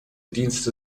dienste